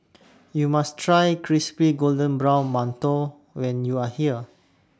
YOU must Try Crispy Golden Brown mantou when YOU Are here